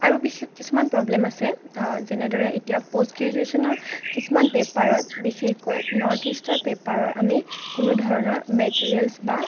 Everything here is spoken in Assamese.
আৰু বিশেষ কিছুমান প্ৰব্লেম আছে যেনেদৰে এতিয়া পষ্ট গ্ৰেজুৱেচনৰ কিছুমান পেপাৰত বিশেষকৈ নৰ্থ ইষ্টৰ পেপাৰ আমি কোনোধৰণৰ মেটেৰিয়েলছ বা